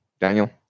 Daniel